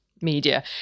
media